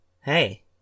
Hey